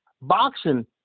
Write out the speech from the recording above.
boxing